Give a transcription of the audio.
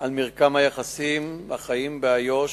על מרקם היחסים, החיים באיו"ש,